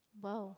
!wow!